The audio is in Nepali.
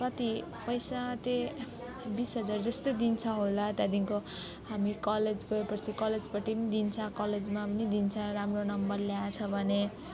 कति पैसा त्यही बिस हजार जस्तै दिन्छ होला त्यहाँदेखिको हामी कलेज गएपछि कलेजबाट पनि दिन्छ कलेजमा पनि दिन्छ राम्रो नम्बर ल्याएको छ भने